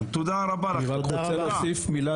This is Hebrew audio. אני רק רוצה להוסיף מילה.